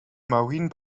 marine